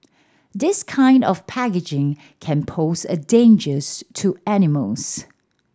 this kind of packaging can pose a dangers to animals